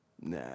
nah